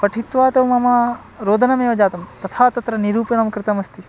पठित्वा तु मम रोदनमेव जातं तथा तत्र निरूपणं कृतमस्ति